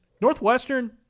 Northwestern